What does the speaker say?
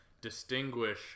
distinguish